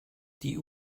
die